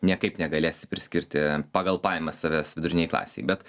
niekaip negalėsi priskirti pagal pajamas savęs vidurinei klasei bet